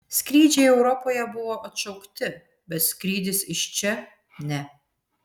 skrydžiai europoje buvo atšaukti bet skrydis iš čia ne